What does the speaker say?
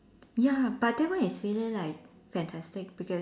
ya but that one is really like fantastic because